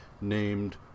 named